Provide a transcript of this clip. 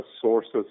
sources